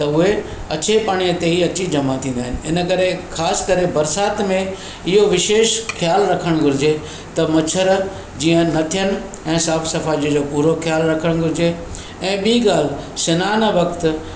त उहे अछे पाणीअ ते ई अची जमा थींदा आहिनि इनकरे ख़ासि करे बरसाति में इहो विशेष ख़्यालु रखणु घुरिजे त मछरु जीअं न थियनि ऐं सफ़ा सफ़ाईअ जो पूरो ख़्यालु रखणु घुरिजे ऐं ॿीं ॻाल्हि सनानु वक़्ति